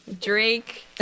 Drake